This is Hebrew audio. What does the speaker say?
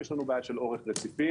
יש לנו בעיה של אורך רציפים,